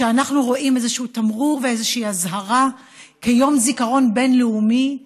אנחנו רואים איזשהו תמרור ואיזושהי אזהרה ביום הזיכרון הבין-לאומי,